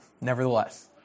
Nevertheless